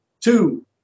two